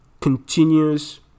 continuous